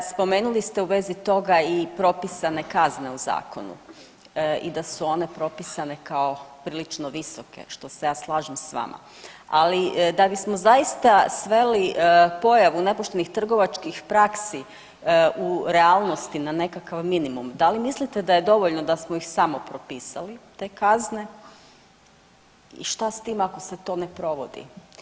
Spomenuli ste u vezi toga i propisane kazne u zakonu i da su one propisane kao prilično visoke, što se ja slažem s vama, ali da bismo zaista sveli pojavu nepoštenih trgovačkih praksi u realnosti na nekakav minimum, da li mislite da je dovoljno da smo ih samo propisali te kazne i šta s tim ako se to ne provodi.